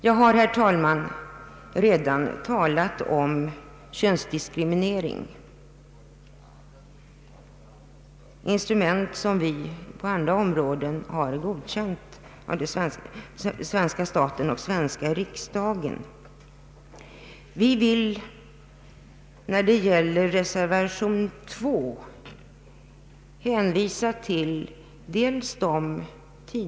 Jag har redan, herr talman, när det gäller könsdiskriminering talat om de instrument som den svenska staten och riksdagen har godkänt. Vi vill när det gäller reservation 2 dels hänvisa till ti Ang.